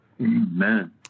Amen